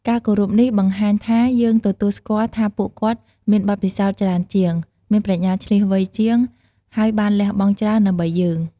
ការគោរពនេះបង្ហាញថា យើងទទួលស្គាល់ថាពួកគាត់មានបទពិសោធន៍ច្រើនជាង មានប្រាជ្ញាឈ្លាសវៃជាង ហើយបានលះបង់ច្រើនដើម្បីយើង។